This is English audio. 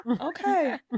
Okay